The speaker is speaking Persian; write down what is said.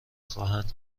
خواهند